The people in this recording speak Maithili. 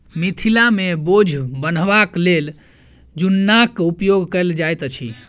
मिथिला मे बोझ बन्हबाक लेल जुन्नाक उपयोग कयल जाइत अछि